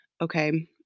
Okay